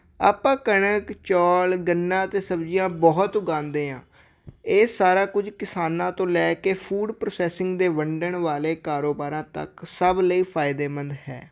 ਆਪਾਂ ਕਣਕ ਚੌਲ ਗੰਨਾ ਅਤੇ ਸਬਜ਼ੀਆਂ ਬਹੁਤ ਉਗਾਉਂਦੇ ਹਾਂ ਇਹ ਸਾਰਾ ਕੁਝ ਕਿਸਾਨਾਂ ਤੋਂ ਲੈ ਕੇ ਫੂਡ ਪ੍ਰੋਸੈਸਿੰਗ ਦੇ ਵੰਡਣ ਵਾਲੇ ਕਾਰੋਬਾਰਾਂ ਤੱਕ ਸਭ ਲਈ ਫਾਇਦੇਮੰਦ ਹੈ